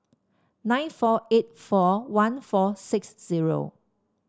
nine four eight four one four six zero